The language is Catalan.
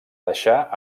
deixà